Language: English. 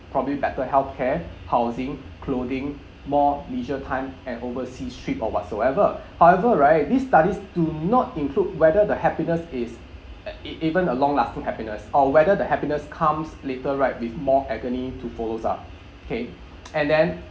probably better healthcare housing clothing more leisure time and overseas trip or whatsoever however right these studies do not include whether the happiness is a it even a long-lasting happiness or whether the happiness comes later right with more agony to follows up okay and then